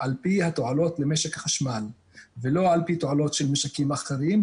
על פי התועלות למשק החשמל ולא על פי תועלות של משקים אחרים,